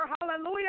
hallelujah